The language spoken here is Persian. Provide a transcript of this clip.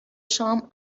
شام